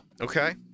Okay